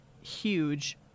huge